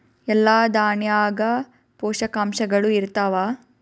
ಎಲ್ಲಾ ದಾಣ್ಯಾಗ ಪೋಷಕಾಂಶಗಳು ಇರತ್ತಾವ?